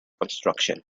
construction